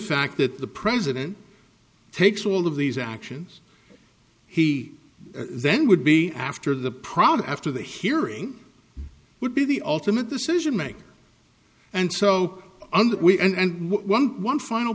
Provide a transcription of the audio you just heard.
fact that the president takes all of these actions he then would be after the problem after the hearing would be the ultimate decision maker and so under and one one final